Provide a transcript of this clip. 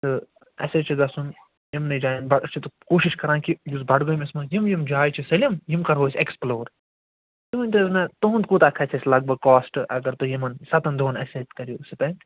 تہٕ اَسہِ حظ چھُ گژھُن یِمنٕے جاین أسۍ چھِ کوٗشِش کَران کہِ یُس بڈگٲمِس منٛز یِم یِم جایہِ چھِ سٲلِم یِم کَرو أسۍ اٮ۪کٕسپُلور تُہۍ ؤنۍ تو حظ نَہ تُہنٛد کوٗتاہ کَھسہِ اَسہِ لگ بگ کاسٹ اگر تۄہہِ یِمن سَتن دۄہن اَسہِ اَتہِ کٔرِو سِپٮ۪نٛڈ